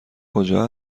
کجا